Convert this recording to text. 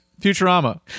Futurama